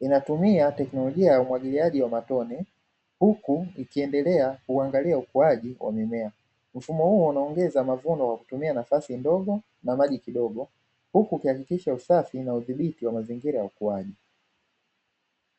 inatumia teknolojia ya umwagiliaji wa matone huku ikiendelea kuangalia ukuaji wa mimea, mfumo huo unaongeza mavuno kwa kutumia nafasi ndogo na maji kidogo huku kuhakikisha usafi na udhibiti wa mazingira ya ukuaji.